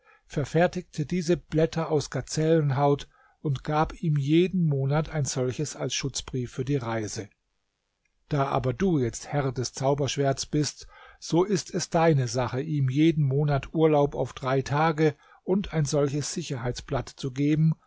verfertigte diese blätter aus gazellenhaut und gab ihm jeden monat ein solches als schutzbrief für die reise da aber du jetzt herr des zauberschwerts bist so ist es deine sache ihm jeden monat urlaub auf drei tage und ein solches sicherheitsblatt zu geben